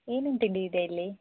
ಏನೇನು ತಿಂಡಿ ಇದೆ ಇಲ್ಲಿ